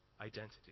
identity